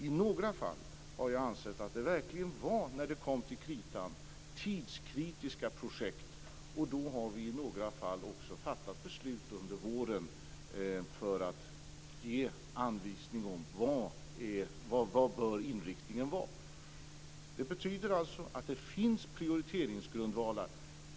I några fall har jag ansett att det verkligen var, när det kom till kritan, tidskritiska projekt. Då har vi i några fall också fattat beslut under våren för att ge anvisning om vad inriktningen bör vara. Det betyder alltså att det finns prioriteringsgrundvalar.